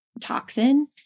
toxin